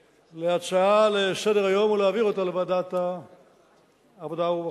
להצעה לסדר-היום ולהעביר אותה לוועדת העבודה והרווחה.